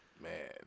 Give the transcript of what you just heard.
Man